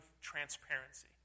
transparency